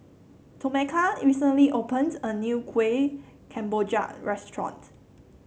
Tomeka recently opened a new Kuih Kemboja restaurant